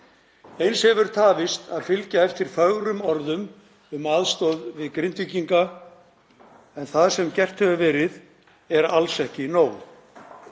Eins hefur tafist að fylgja eftir fögrum orðum um aðstoð við Grindvíkinga en það sem gert hefur verið er alls ekki nóg.